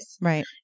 Right